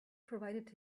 provided